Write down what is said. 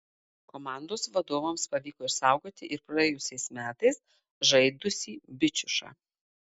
komandos vadovams pavyko išsaugoti ir praėjusiais metais žaidusį bičiušą